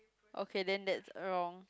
okay then that's wrong